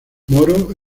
moro